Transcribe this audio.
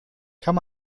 kann